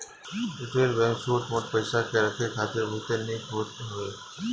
retail bank छोट मोट पईसा के रखे खातिर बहुते निक होत हवे